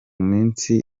minsi